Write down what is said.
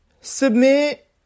submit